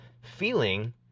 feeling